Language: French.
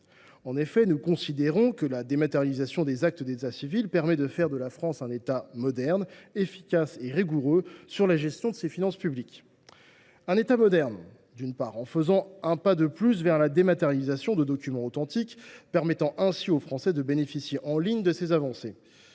concitoyens. Nous considérons que la dématérialisation des actes d’état civil permet de faire de la France un État moderne, efficace et rigoureux quant à la gestion de ses finances publiques. Un État moderne, d’abord, qui fait un pas de plus vers la dématérialisation de documents authentiques, permettant ainsi aux Français de bénéficier en ligne de ces avancées